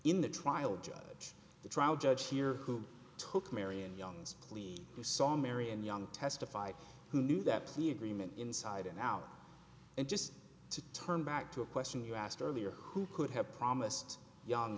in the trial judge the trial judge here who took marion young's plea you saw marion young testified who knew that plea agreement inside an hour and just to turn back to a question you asked earlier who could have promised young